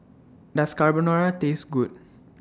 Does Carbonara Taste Good